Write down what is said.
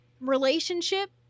relationship